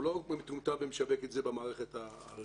הוא לא מטומטם שמשווק את זה במערכת הרגילה,